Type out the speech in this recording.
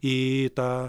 į tą